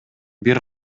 бир